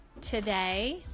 today